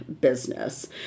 business